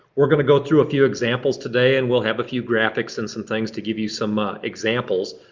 we're going to go through a few examples today and we'll have a few graphics and some things to give you some ah examples.